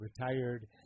retired